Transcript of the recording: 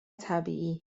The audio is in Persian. طبیعی